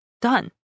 done